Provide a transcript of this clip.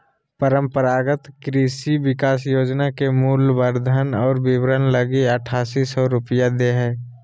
परम्परागत कृषि विकास योजना के मूल्यवर्धन और विपरण लगी आठासी सौ रूपया दे हइ